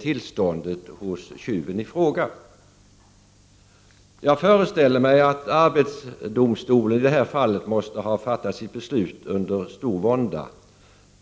tillståndet hos tjuven i fråga bedömt. Jag föreställer mig att arbetsdomstolen i det här fallet måste ha fattat sitt beslut under stor vånda.